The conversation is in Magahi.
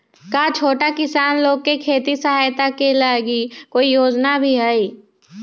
का छोटा किसान लोग के खेती सहायता के लगी कोई योजना भी हई?